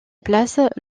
place